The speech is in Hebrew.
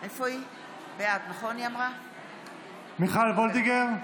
רות וסרמן לנדה, נגד מכלוף מיקי זוהר,